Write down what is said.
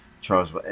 Charles